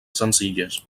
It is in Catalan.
senzilles